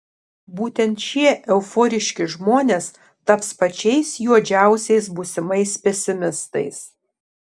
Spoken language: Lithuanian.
būtent šie euforiški žmonės taps pačiais juodžiausiais būsimais pesimistais